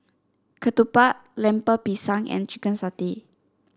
Ketupat Lemper Pisang and Chicken Satay